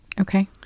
Okay